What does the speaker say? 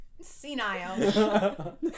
senile